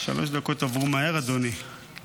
שלוש דקות עברו מהר, אדוני.